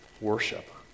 worship